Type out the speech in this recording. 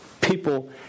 people